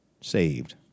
saved